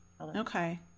Okay